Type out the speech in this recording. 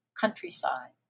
countryside